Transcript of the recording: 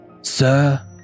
sir